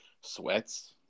sweats